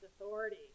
authority